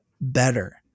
better